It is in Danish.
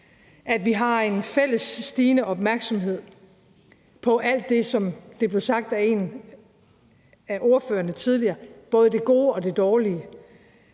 har en fælles stigende opmærksomhed på, som det blev sagt af en af ordførerne tidligere, både det gode og det dårlige.